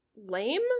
lame